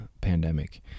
pandemic